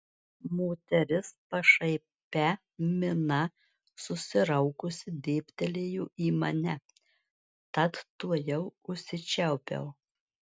moteris pašaipia mina susiraukusi dėbtelėjo į mane tad tuojau užsičiaupiau